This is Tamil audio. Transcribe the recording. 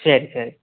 சரி சரி